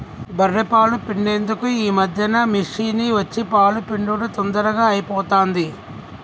బఱ్ఱె పాలు పిండేందుకు ఈ మధ్యన మిషిని వచ్చి పాలు పిండుడు తొందరగా అయిపోతాంది